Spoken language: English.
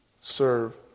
serve